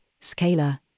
Scalar